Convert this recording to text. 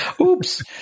Oops